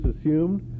assumed